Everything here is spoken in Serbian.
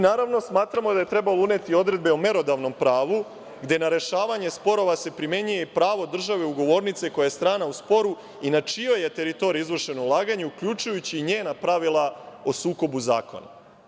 Naravno, smatramo da treba uneti odredbe o merodavnom pravu gde na rešavanje sporova se primenjuje pravo države ugovornice koje je strana u sporu i na čijoj je teritoriji izvršeno ulaganje uključujući njena pravila o sukobu zakona.